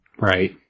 Right